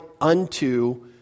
unto